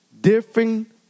different